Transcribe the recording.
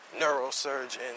neurosurgeon